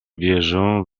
wierzę